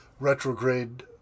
retrograde